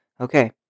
Okay